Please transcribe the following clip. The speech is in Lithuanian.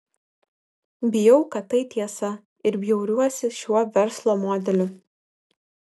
bijau kad tai tiesa ir bjauriuosi šiuo verslo modeliu